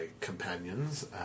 companions